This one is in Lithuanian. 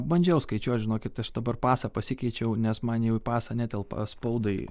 bandžiau skaičiuot žinokit aš dabar pasą pasikeičiau nes man jau į pasą netelpa spaudai